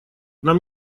нам